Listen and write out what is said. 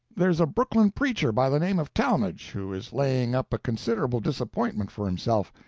there's a brooklyn preacher by the name of talmage, who is laying up a considerable disappointment for himself.